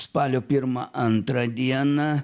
spalio pirmą antrą dieną